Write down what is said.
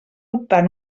optar